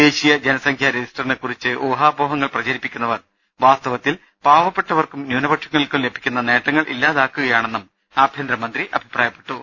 ദേശീയ ജന സംഖ്യാ രജിസ്റ്ററിനെക്കുറിച്ച് ഊഹാപോഹങ്ങൾ പ്രചരിപ്പി ക്കുന്നവർ വാസ്തവത്തിൽ പാവ്പ്പെട്ടവർക്കും ന്യൂനപക്ഷ ങ്ങൾക്കും ലഭിക്കുന്ന നേട്ടങ്ങൾ ഇല്ലാതാക്കുകയാണെന്നും ആഭ്യന്തരമന്ത്രി അഭിപ്രായപ്പെട്ടു